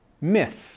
myth